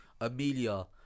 Amelia